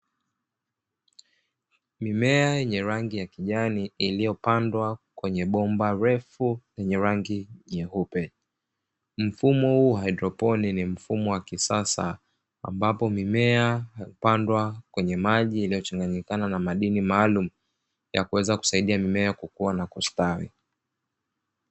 Mimea yenye rangi ya kijani iliyopandwa kwenye bomba refu yenye rangi nyeupe. Mfumo huu wa haidroponi ni mfumo wa kisasa ambayo mimea hupandwa kwenye maji iliyochanganyikana na madini maalumu ya kuweza kusaidia mimea kukua na kustawi.